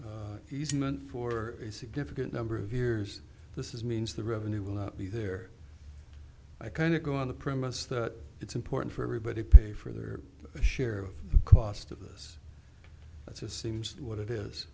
tax easement for a significant number of years this is means the revenue will be there i kind of go on the premise that it's important for everybody to pay for their share of the cost of this just seems that what it is